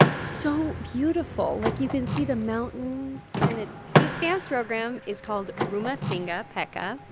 so beautiful. like, you can see the mountains and it's. so sam's program is called rumah singgah peka.